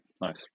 nice